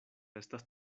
estas